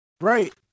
Right